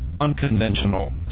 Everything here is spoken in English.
unconventional